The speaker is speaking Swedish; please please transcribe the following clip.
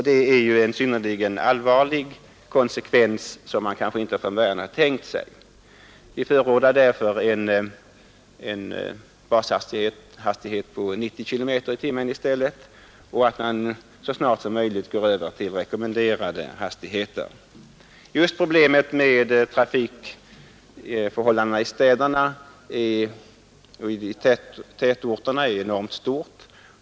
Det är en synnerligen allvarlig konsekvens, som man kanske inte från början tänkt sig. Vi förordar därför i stället en bashastighet på 90 km/tim och att man så snart som möjligt går över till rekommenderade hastigheter. Trafikproblemet i tätorterna är enormt stort.